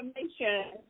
information